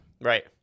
Right